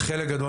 חלק גדול